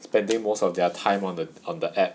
spending most of their time on the on the app